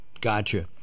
Gotcha